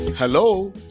Hello